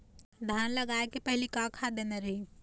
धान लगाय के पहली का खाद देना रही?